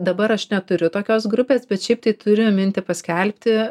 dabar aš neturiu tokios grupės bet šiaip tai turiu mintį paskelbti